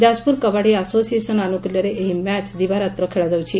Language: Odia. ଯାଜପୁର କବାଡ଼ି ଆସୋସିଏସନ୍ ଆନୁକୁଲ୍ୟରେ ଏହି ମ୍ୟାଚ୍ ଦିବାରାତ୍ର ଖେଳାଯାଉଛି